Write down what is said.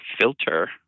filter